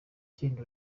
kindi